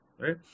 right